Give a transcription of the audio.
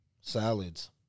salads